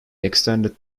extended